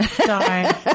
Darn